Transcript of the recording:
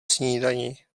snídani